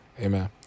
Amen